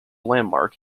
landmark